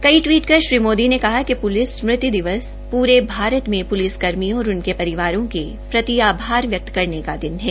कई टवीट कर श्री मोदी ने कहा कि प्लिस स्मृति दिवस पूरे भारत में प्लिस कर्मियों और उनके परिवारों के प्रति आभार व्यक्त करने का दिन है